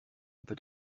peut